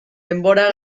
denbora